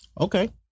Okay